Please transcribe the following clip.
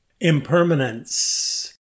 Impermanence